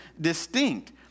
distinct